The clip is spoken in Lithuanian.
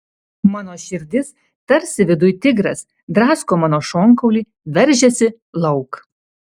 mano širdis tarsi viduj tigras drasko mano šonkaulį veržiasi lauk